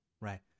right